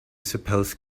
suppose